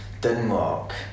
Denmark